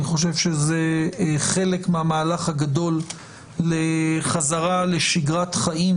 אני חושב שזה חלק מהמהלך הגדול לחזרה לשגרת חיים